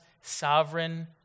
sovereign